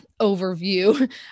overview